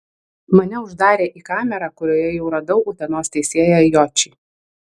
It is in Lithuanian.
mane uždarė į kamerą kurioje jau radau utenos teisėją jočį